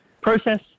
process